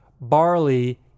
barley